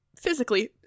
physically